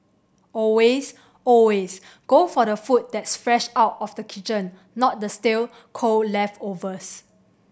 always always go for the food that's fresh out of the kitchen not the stale cold leftovers